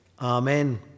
Amen